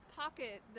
pocket